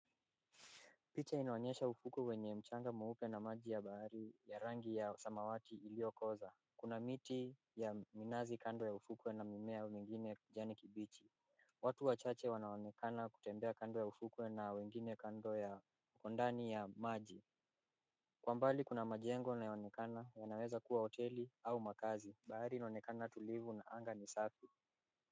Picha inaonyesha ufukwe wenye mchanga mweupe na maji ya bahari ya rangi ya samawati iliokoza. Kuna miti ya minazi kando ya ufukwe na mimea mingine ya kijani kibichi. Watu wachache wanaonekana kutembea kando ya ufukwe na wengine kando 𝑦𝑎𝑜 wako ndani ya maji. Kwa mbali kuna majengo yanayoonekana yanaweza kua hoteli au makazi. Bahari inaonekana tulivu na anga ni safi.